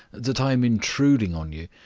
that i am intruding on you.